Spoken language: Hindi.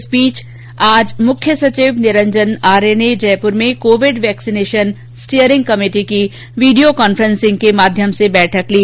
इस बीच आज मुख्य सचिव निरंजन आर्य ने जयपुर में कोविड वेक्सीनेशन स्टीयरिंग कमेटी की वीडियो कॉन्फ्रेसिंग के माध्यम से बैठक ली